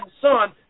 Son